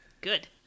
good